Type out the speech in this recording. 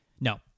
No